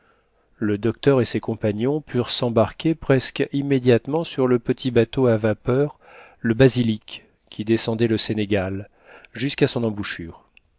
le docteur et ses compagnons purent s'embarquer presque immédiatement sur le petit bateau à vapeur le basilic qui descendait le sénégal jusqu'à son embouchure